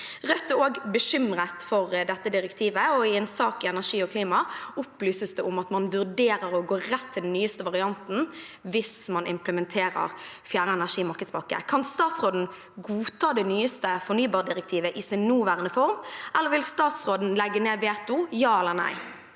Rødt er også bekymret for dette direktivet. I en sak i Energi og Klima opplyses det om at man vurderer å gå rett til den nyeste varianten hvis man implementerer fjerde energimarkedspakke. Kan statsråden godta det nyeste fornybardirektivet i sin nåværende form, eller vil statsråden legge ned veto? Ja eller nei?